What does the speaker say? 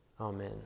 amen